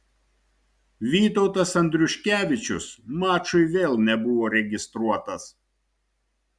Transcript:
vytautas andriuškevičius mačui vėl nebuvo registruotas